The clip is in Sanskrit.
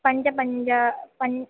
पञ्च पञ्च पञ्च